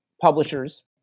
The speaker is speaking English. publishers